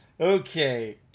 Okay